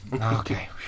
okay